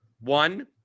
One